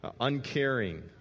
Uncaring